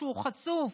שהוא חשוף,